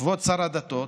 כבוד שר הדתות,